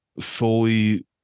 fully